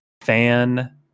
fan